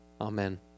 Amen